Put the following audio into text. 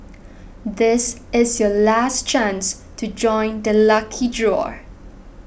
this is your last chance to join the lucky draw